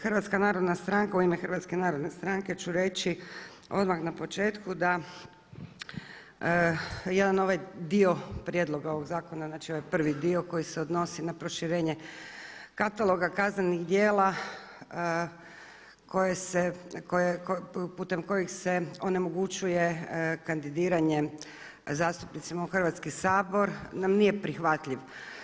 Hrvatska narodna stranka, u ime Hrvatske narodne stranke ću reći odmah na početku da jedan ovaj dio prijedloga ovoga zakona, znači ovaj prvi dio koji se odnosi na proširenje kataloga kaznenih djela putem kojih se onemogućuje kandidiranje zastupnicima u Hrvatski sabor nam nije prihvatljiv.